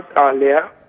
earlier